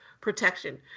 Protection